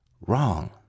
Wrong